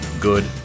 good